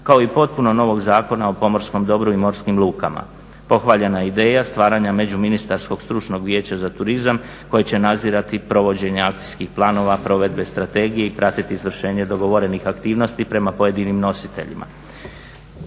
kao i potpuno novog Zakona o pomorskom dobru i morskim lukama. Pohvaljena je i ideja stvaranja međuministarskog stručnog vijeća za turizam koji će nadzirati provođenja akcijskih planova, provedbe strategije i pratiti izvršenje dogovorenih aktivnosti prema pojedinim nositeljima.